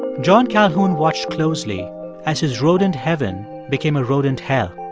john calhoun watched closely as his rodent heaven became a rodent hell.